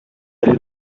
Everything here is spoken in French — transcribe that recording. allé